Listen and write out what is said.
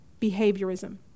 Behaviorism